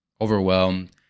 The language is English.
overwhelmed